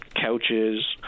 couches